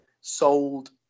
sold